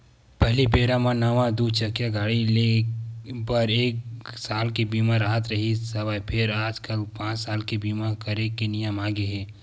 पहिली बेरा म नवा दू चकिया गाड़ी के ले बर म एके साल के बीमा राहत रिहिस हवय फेर आजकल पाँच साल के बीमा करे के नियम आगे हे